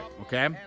Okay